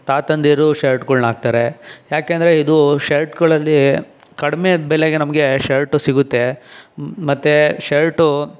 ತಾತಂದಿರು ಶರ್ಟ್ಗಳನ್ನ ಹಾಕ್ತಾರೆ ಯಾಕೆಂದರೆ ಇದು ಶರ್ಟ್ಗಳಲ್ಲಿ ಕಡಿಮೆ ಬೆಲೆಗೆ ನಮಗೆ ಶರ್ಟ್ ಸಿಗುತ್ತೆ ಮ್ ಮತ್ತೆ ಶರ್ಟ್